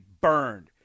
burned